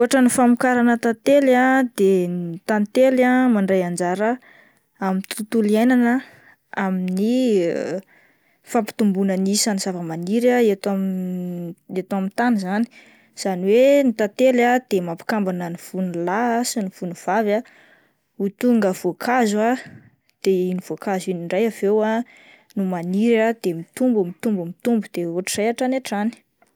Akotran'ny famokarana tantely ah de ny tantely ah mandray anjara amin'ny tontolo iainana ah amin'ny fampitomboina ny isan'ny zavamaniry eto amin'ny eto amin'ny tany izany, izany hoe ny tantely ah de mampikambana ny vony lahy ah sy ny vony vavy ah ho tonga voankazo ah de iny voankazo iny indray avy eo no maniry de mitombo mitombo mitombo de ohatran'izay hatrany hatrany.